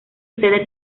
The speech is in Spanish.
sede